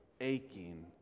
aching